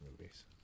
movies